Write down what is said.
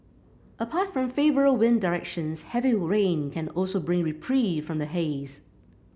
apart from favourable wind directions heavy rain can also bring reprieve from the haze